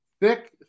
thick